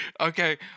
okay